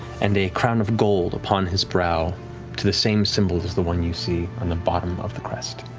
and a crown of gold upon his brow to the same symbol as the one you see on the bottom of the crest.